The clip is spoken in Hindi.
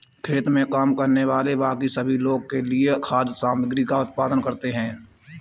खेत में काम करने वाले बाकी सभी लोगों के लिए खाद्य सामग्री का उत्पादन करते हैं